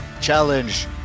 challenge